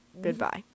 Goodbye